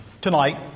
tonight